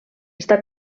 està